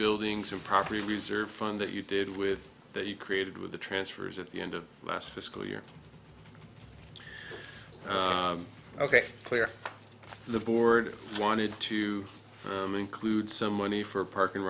buildings or property reserve fund that you did with that you created with the transfers at the end of last fiscal year ok player the board wanted to include some money for park and